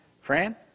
Fran